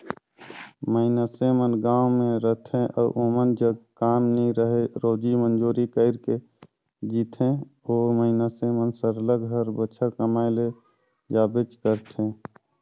मइनसे मन गाँव में रहथें अउ ओमन जग काम नी रहें रोजी मंजूरी कइर के जीथें ओ मइनसे मन सरलग हर बछर कमाए ले जाबेच करथे